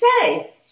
say